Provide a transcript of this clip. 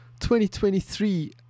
2023